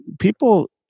People